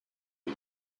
you